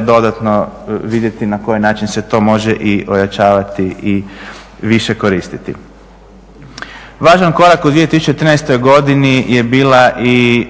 dodatno vidjeti na koji način se to može i ojačavati i više koristiti. Važan korak u 2013. godini je bila i